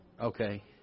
Okay